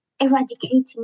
eradicating